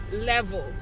level